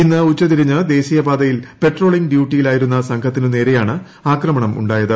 ഇന്ന് ഉച്ചതിരിഞ്ഞ് ദേശീയ പാതയിൽ പെട്രോളിംങ് ഡ്യൂട്ടിയിലായിരുന്ന സംഘത്തിനുനേരെയാണ് ആക്രമണം ഉണ്ടായത്